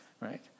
right